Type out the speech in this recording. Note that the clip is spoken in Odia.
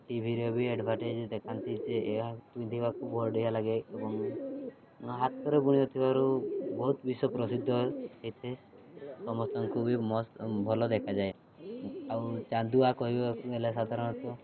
ଟିଭିରେ ବି ଆଡ଼୍ଭାଟାଇଜ୍ ଦେଖାନ୍ତି ଯେ ଏହା ପିନ୍ଧିବାକୁ ବଢ଼ିଆ ଲାଗେ ଏବଂ ହାତରେ ବୁଣୁଥିବାରୁ ବହୁତ ବିଶ୍ଵ ପ୍ରସିଦ୍ଧ ହୋଇଥାଏ ସମସ୍ତଙ୍କୁ ବି ମସ୍ତ୍ ଭଲ ଦେଖାଯାଏ ଆଉ ଚାନ୍ଦୁଆ କହିବାକୁ ହେଲେ ସାଧାରଣତଃ